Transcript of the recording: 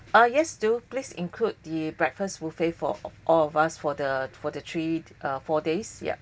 ah yes do please include the breakfast buffet for all of us for the for the three err four days ya